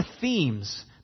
themes